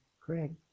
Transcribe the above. Craig